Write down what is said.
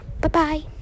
Bye-bye